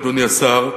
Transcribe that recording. אדוני השר,